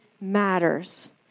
matters